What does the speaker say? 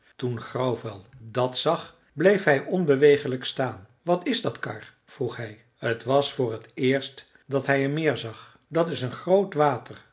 toen grauwvel dat zag bleef hij onbewegelijk staan wat is dat karr vroeg hij t was voor t eerst dat hij een meer zag dat is een groot water